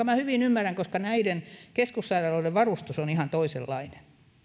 minä hyvin ymmärrän koska näiden keskussairaaloiden varustus on ihan toisenlainen